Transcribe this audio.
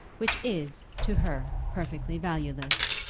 which is, to her, perfectly valueless.